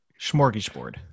Smorgasbord